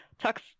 tucks